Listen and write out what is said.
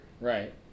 Right